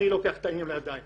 אני לוקח את העניין הזה לידיים.